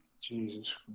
Jesus